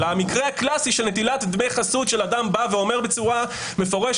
אלא המקרה הקלסי של נטילת דמי חסות שאדם בא ואומר בצורה מפורשת.